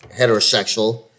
heterosexual